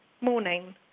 morning